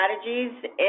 strategies